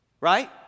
Right